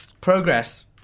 progress